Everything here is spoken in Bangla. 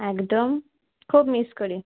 একদম খুব মিস করি